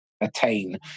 attain